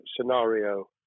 scenario